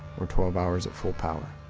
or twelve hours at full-power.